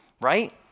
right